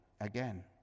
again